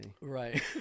right